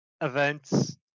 events